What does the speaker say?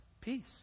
peace